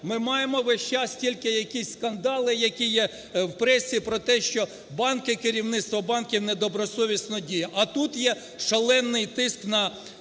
Ми маємо весь час тільки якісь скандали, які є в пресі про те, що банки, керівництво банків, недобросовісно діють. А тут є шалений тиск на